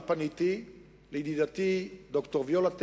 פניתי לידידתי ד"ר ויולה טרק,